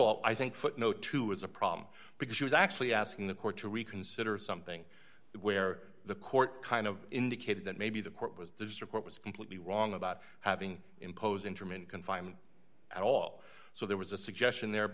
all i think footnote two is a problem because she was actually asking the court to reconsider something where the court kind of indicated that maybe the court was the report was completely wrong about having imposed interment confinement at all so there was a suggestion there